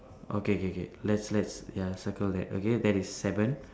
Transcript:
okay K K let's let's ya circle that okay that is seven